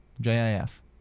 J-I-F